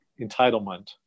entitlement